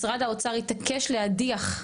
משרד האוצר התעקש להדיח,